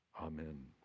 Amen